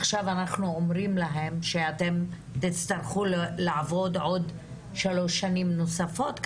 עכשיו אנחנו אומרים להן שהן יצטרכו לעבוד שלוש שנים נוספות,